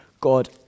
God